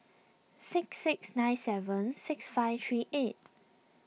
six six nine seven six five three eight